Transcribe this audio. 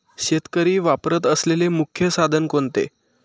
शेतकरी वापरत असलेले मुख्य साधन कोणते?